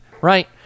right